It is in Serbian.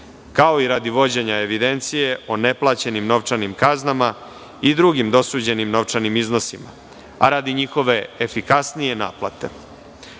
kao i radi vođenja evidencije o neplaćenim novčanim kaznama i drugim dosuđenim novčanim iznosima, a radi njihove efikasnije naplate. Odredbe